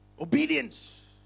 Obedience